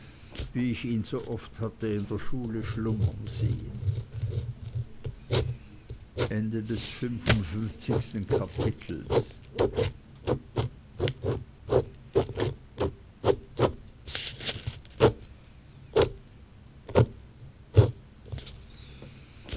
wie ich ihn so oft hatte in der schule schlummern sehen